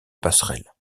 passerelle